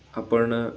आपण